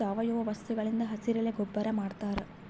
ಸಾವಯವ ವಸ್ತುಗಳಿಂದ್ ಹಸಿರೆಲೆ ಗೊಬ್ಬರ್ ಮಾಡ್ತಾರ್